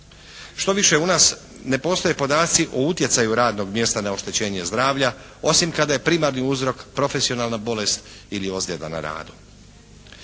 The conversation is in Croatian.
Štoviše, u nas ne postoje podaci o utjecaju radnog mjesta na oštećenje zdravlja osim kada je primarni uzrok profesionalna bolest ili ozljeda na radu.